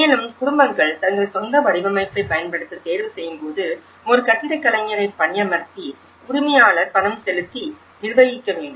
மேலும் குடும்பங்கள் தங்கள் சொந்த வடிவமைப்பைப் பயன்படுத்தத் தேர்வுசெய்யும்போது ஒரு கட்டிடக் கலைஞரை பணியமர்த்தி உரிமையாளர் பணம் செலுத்தி நிர்வகிக்க வேண்டும்